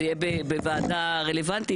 זה יהיה בוועדה הרלוונטית?